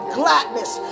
gladness